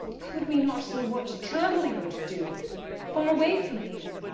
could we not see what travelling would do far away from here?